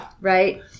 Right